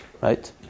right